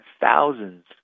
thousands